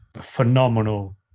phenomenal